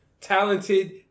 talented